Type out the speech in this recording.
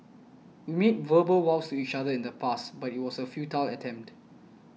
we made verbal vows to each other in the past but it was a futile attempt